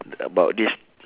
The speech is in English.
about this